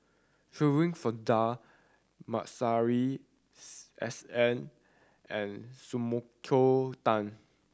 Shirin Fozdar Masuri S N and Sumiko Tan